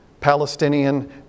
Palestinian